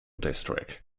district